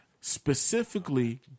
specifically